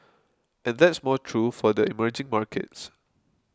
and that's more true for the emerging markets